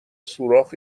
سوراخ